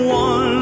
one